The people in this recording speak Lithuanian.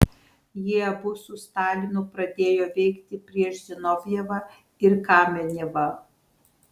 jie abu su stalinu pradėjo veikti prieš zinovjevą ir kamenevą